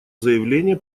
заявление